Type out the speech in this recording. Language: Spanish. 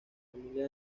familia